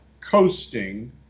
coasting